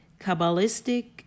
Kabbalistic